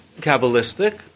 Kabbalistic